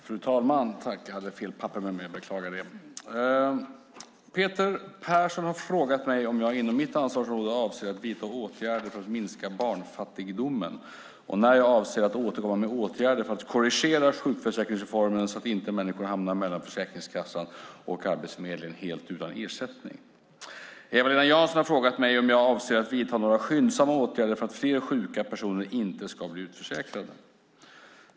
Fru talman! Peter Persson har frågat mig om jag inom mitt ansvarsområde avser att vidta åtgärder för att minska barnfattigdomen och när jag avser att återkomma med åtgärder för att korrigera sjukförsäkringsreformen så att inte människor hamnar mellan Försäkringskassan och Arbetsförmedlingen helt utan ersättning. Eva-Lena Jansson har frågat mig om jag avser att vidta några skyndsamma åtgärder för att fler sjuka personer inte ska bli utförsäkrade.